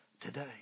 today